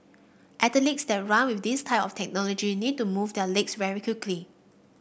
athletes that run with this type of technology need to move their legs very quickly